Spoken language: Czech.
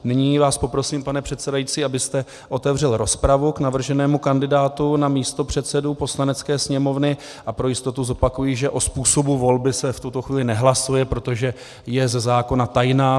Nyní vás poprosím, pane předsedající, abyste otevřel rozpravu k navrženému kandidátovi na místopředsedu Poslanecké sněmovny, a pro jistotu zopakuji, že o způsobu volby se v tuto chvíli nehlasuje, protože je ze zákona tajná.